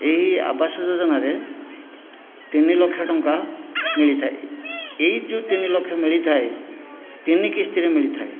ଏହି ଆବାସ ଯୋଜନାରେ ତିନି ଲକ୍ଷ ଟଙ୍କା ମିଳିଥାଏ ଏହି ଯେଉଁ ତିନି ଲକ୍ଷ ମିଳିଥାଏ ତିନି କିସ୍ତିରେ ମିଳିଥାଏ